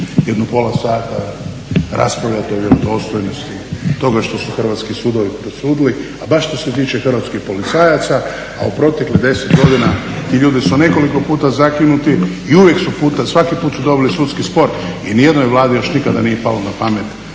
jedno pola sata raspravljati o vjerodostojnosti toga što su hrvatski sudovi presudili, a baš što se tiče hrvatskih policajaca, a u proteklih 10 godina ti ljudi su nekoliko puta zakinuti i uvijek su, svaki put su dobili sudski spor. I ni jednoj Vladi još nikada nije palo na pamet